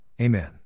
Amen